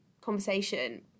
conversation